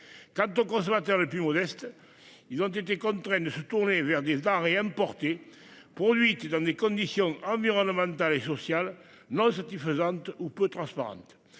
Quant aux consommateurs le plus modestes. Ils ont été contraints de se tourner vers 10 réimporter. Produites dans des conditions environnementales et sociales non satisfaisante ou peu transparente.